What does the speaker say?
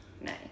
Nice